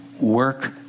work